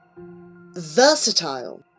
Versatile